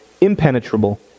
impenetrable